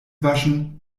waschen